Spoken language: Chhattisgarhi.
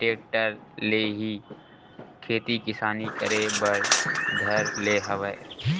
टेक्टर ले ही खेती किसानी करे बर धर ले हवय